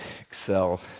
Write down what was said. excel